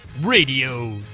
radio